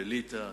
בליטא,